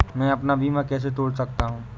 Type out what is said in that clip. मैं अपना बीमा कैसे तोड़ सकता हूँ?